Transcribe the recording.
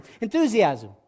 Enthusiasm